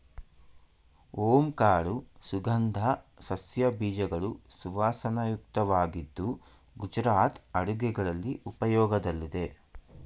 ಓಂ ಕಾಳು ಸುಗಂಧ ಸಸ್ಯ ಬೀಜಗಳು ಸುವಾಸನಾಯುಕ್ತವಾಗಿದ್ದು ಗುಜರಾತ್ ಅಡುಗೆಗಳಲ್ಲಿ ಉಪಯೋಗದಲ್ಲಿದೆ